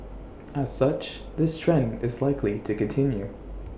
as such this trend is likely to continue